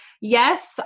yes